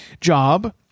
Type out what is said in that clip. job